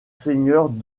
seigneurs